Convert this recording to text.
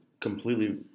completely